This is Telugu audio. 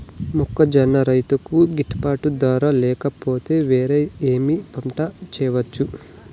మొక్కజొన్న రైతుకు గిట్టుబాటు ధర లేక పోతే, వేరే ఏమి పంట వెయ్యొచ్చు?